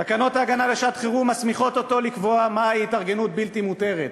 תקנות ההגנה לשעת-חירום מסמיכות אותו לקבוע מהי התארגנות בלתי מותרת.